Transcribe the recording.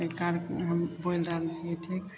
एहि कारण हम बोलि रहए छियै ठीक